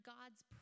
God's